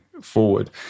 forward